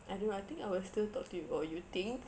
I don't know I think I will still talk to you oh you think